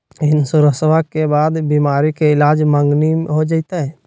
इंसोरेंसबा के बाद बीमारी के ईलाज मांगनी हो जयते?